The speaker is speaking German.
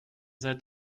seid